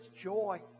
joy